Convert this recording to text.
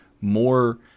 more